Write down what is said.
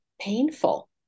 painful